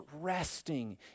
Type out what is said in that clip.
resting